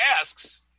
asks